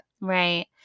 Right